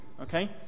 okay